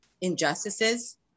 injustices